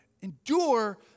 Endure